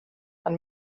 and